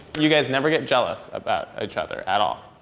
you guys never get jealous about each other at all?